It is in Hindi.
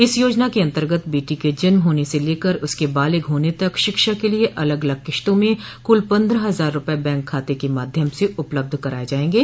इस योजना के अन्तर्गत बेटी के जन्म होने से लेकर उसके बालिग होने तक शिक्षा के लिये अलग अलग किश्तों में कुल पन्द्रह हजार रूपये बैंक खाते के माध्यम से उपलब्ध कराये जायेंगे